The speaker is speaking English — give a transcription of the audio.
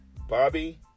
Bobby